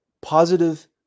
positive